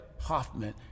Hoffman